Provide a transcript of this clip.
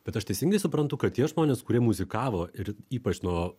bet aš teisingai suprantu kad tie žmonės kurie muzikavo ir ypač nuo